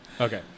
Okay